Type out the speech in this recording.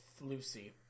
Lucy